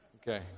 Okay